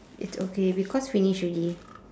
it's okay because finish already